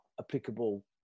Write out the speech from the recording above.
applicable